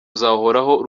uzahoraho